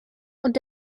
und